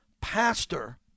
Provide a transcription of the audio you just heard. pastor